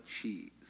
cheese